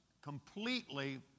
completely